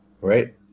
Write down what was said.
right